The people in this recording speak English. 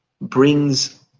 brings